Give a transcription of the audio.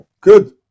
Good